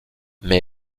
mais